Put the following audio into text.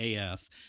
AF